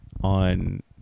on